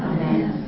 Amen